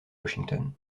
washington